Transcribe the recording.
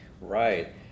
right